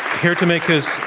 here to make his